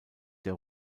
der